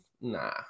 Nah